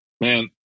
man